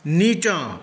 नीचाँ